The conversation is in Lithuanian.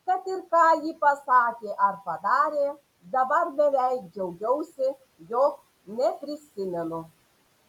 kad ir ką ji pasakė ar padarė dabar beveik džiaugiausi jog neprisimenu